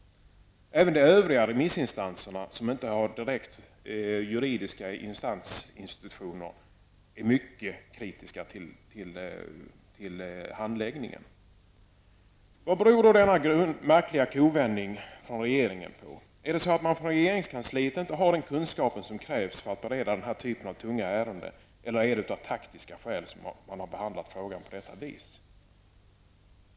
Även övriga remissinstanser är mycket kritiska till handläggningen. Vad beror då denna märkliga kovändning i regeringen på? Är det så att man i regeringskansliet inte har den kunskap som krävs för att bereda den här typen av tunga ärenden eller är det av taktiska skäl som man har behandlat frågan på detta vis?